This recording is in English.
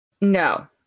No